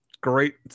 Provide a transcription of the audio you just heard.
great